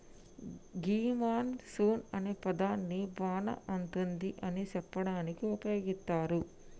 గీ monsoon అనే పదాన్ని వాన అతుంది అని సెప్పడానికి ఉపయోగిత్తారు